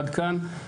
עד כאן,